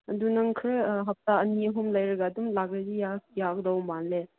ꯑꯗꯨ ꯅꯪ ꯈꯔ ꯍꯞꯇꯥ ꯑꯅꯤ ꯑꯍꯨꯝ ꯂꯩꯔꯒ ꯑꯗꯨꯝ ꯂꯥꯛꯂꯗꯤ ꯌꯥꯒꯗꯧꯕ ꯃꯥꯜꯂꯦ